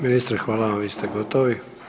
Ministre, hvala vam, vi ste gotovi.